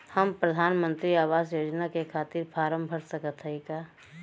हम प्रधान मंत्री आवास योजना के खातिर फारम भर सकत हयी का?